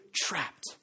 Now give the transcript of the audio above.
trapped